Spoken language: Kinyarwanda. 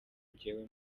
njyewe